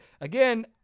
again